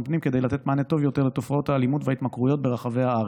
הפנים כדי לתת מענה טוב יותר לתופעות האלימות וההתמכרויות ברחבי הארץ.